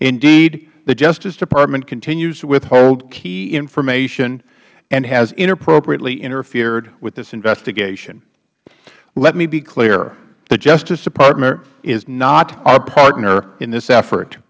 indeed the justice department continues to withhold key information and has inappropriately interfered with this investigation let me be clear the justice department is not our partner in this effort